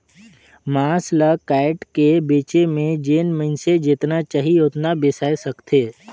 मांस ल कायट के बेचे में जेन मइनसे जेतना चाही ओतना बेसाय सकथे